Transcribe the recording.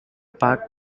park